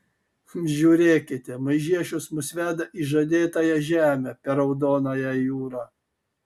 žiūrėkite maižiešius mus veda į žadėtąją žemę per raudonąją jūrą